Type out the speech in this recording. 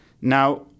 Now